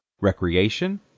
recreation